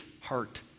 heart